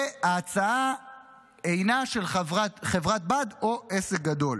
וההצעה אינה של חברת בת או עסק גדול.